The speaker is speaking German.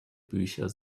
bücher